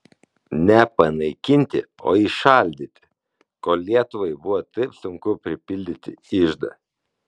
ne panaikinti o įšaldyti kol lietuvai buvo taip sunku pripildyti iždą